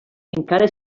encara